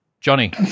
johnny